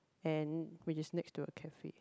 and which is next to a cafe